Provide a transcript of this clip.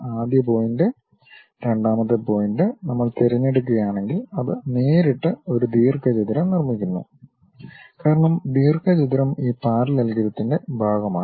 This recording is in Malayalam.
ആദ്യ പോയിന്റ് രണ്ടാമത്തെ പോയിന്റ് നമ്മൾ തിരഞ്ഞെടുക്കുകയാണെങ്കിൽ അത് നേരിട്ട് ഒരു ദീർഘചതുരം നിർമ്മിക്കുന്നു കാരണം ദീർഘചതുരം ഈ പാരല്ലലഗ്രത്തിൻ്റെ ഭാഗമാണ്